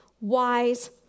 wise